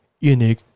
unique